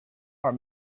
are